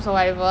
ya